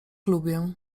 lubię